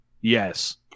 Yes